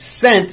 sent